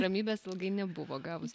ramybės ilgai nebuvo gavus